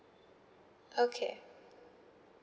okay